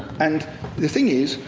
and the thing is,